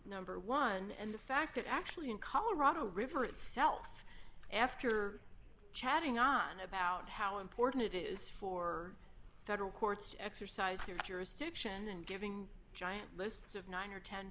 ber one and the fact that actually in colorado river itself after chatting on about how important it is for federal courts to exercise their jurisdiction and giving giant lists of nine or ten